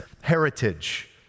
heritage